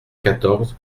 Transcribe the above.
quatorze